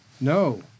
No